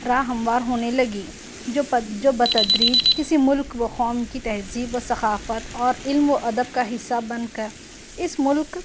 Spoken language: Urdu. راہ ہموار ہونے لگی جو جو بتدریج کسی مُلک و قوم کی تہذیب و ثقافت اور علم و ادب کا حصّہ بن کر اِس مُلک